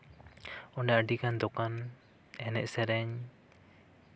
ᱚᱸᱰᱮ ᱟᱹᱰᱤᱜᱟᱱ ᱫᱚᱠᱟᱱ ᱮᱱᱮᱡ ᱥᱮᱨᱮᱧ